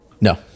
No